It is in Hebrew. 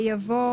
יבוא